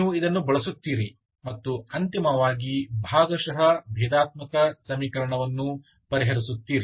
ನೀವು ಇದನ್ನು ಬಳಸುತ್ತೀರಿ ಮತ್ತು ಅಂತಿಮವಾಗಿ ಭಾಗಶಃ ಭೇದಾತ್ಮಕ ಸಮೀಕರಣವನ್ನು ಪರಿಹರಿಸುತ್ತೀರಿ